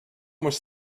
was